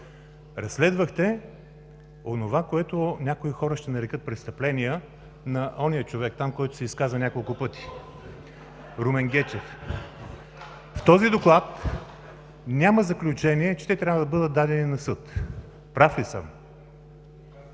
Разследвахте онова, което някои хора ще нарекат „престъпления“ на оня човек, там, който се изказа няколко пъти – Румен Гечев. В този доклад няма заключение, че те трябва да бъдат дадени на съд. Прав ли съм?